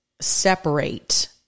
separate